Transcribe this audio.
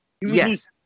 Yes